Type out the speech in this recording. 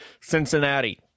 Cincinnati